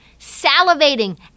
salivating